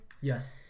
Yes